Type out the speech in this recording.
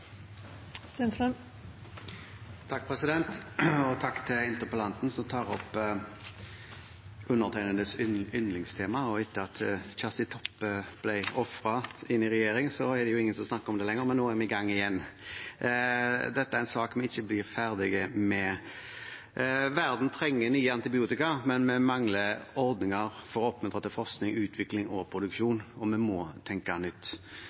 venner. Takk til interpellanten, som tar opp undertegnedes yndlingstema. Etter at Kjersti Toppe ble ofret inn i regjering, er det jo ingen som snakker om dette lenger, men nå er vi i gang igjen. Dette er en sak vi ikke blir ferdig med. Verden trenger nye antibiotika, men vi mangler ordninger for å åpne for forskning, utvikling og produksjon, og vi må tenke nytt.